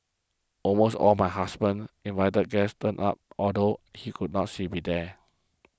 almost all my husband's invited guests turned up although she could not say be there